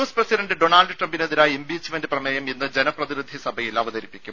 S president Donald ട്രംപിനെതിരായ impeachment പ്രമേയം ഇന്ന് ജന പ്രതിനിധി സഭയിൽ അവതരിപ്പിക്കും